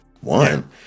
one